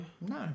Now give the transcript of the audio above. No